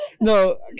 No